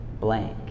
blank